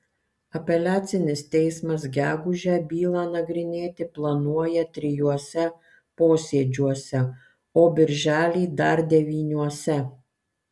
apeliacinis teismas gegužę bylą nagrinėti planuoja trijuose posėdžiuose o birželį dar devyniuose